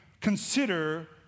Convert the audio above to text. consider